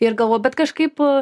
ir galvoji bet kažkaip